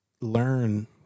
learn